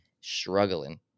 struggling